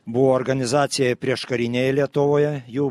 buvo organizacija prieškarinėje lietuvoje jau